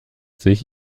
sich